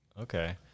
Okay